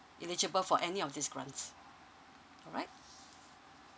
eligible for any of these grants alright